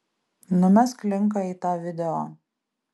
numesk linką į tą video